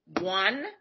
One